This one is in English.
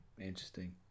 interesting